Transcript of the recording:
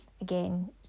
again